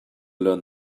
learn